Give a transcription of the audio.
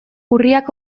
urriak